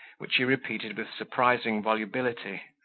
which he repeated with surprising volubility,